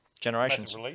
Generations